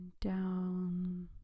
down